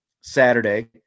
Saturday